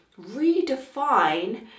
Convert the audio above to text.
redefine